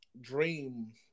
Dream